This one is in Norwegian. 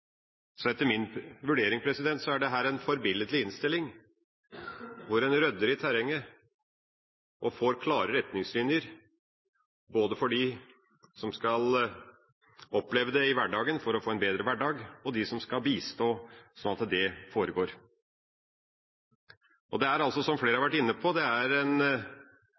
Så etter min vurdering er dette en forbilledlig innstilling, hvor en rydder i terrenget og får klare retningslinjer både for dem som skal oppleve det i hverdagen – for å få en bedre hverdag – og for dem som skal bistå sånn at det skjer. Det er, som flere har vært inne på, en